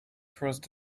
crossed